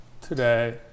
today